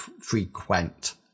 frequent